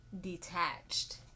Detached